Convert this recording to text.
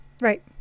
Right